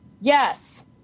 Yes